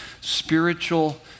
spiritual